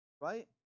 right